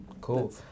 Cool